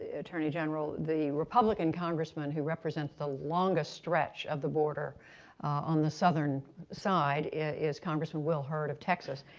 ah attorney general. the republican congressman who represents the longest stretch of the border on the southern side is congressman will hurt of texas.